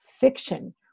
fiction